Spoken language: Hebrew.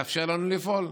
כדי לאפשר לנו לפעול.